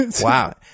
Wow